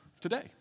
today